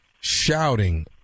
shouting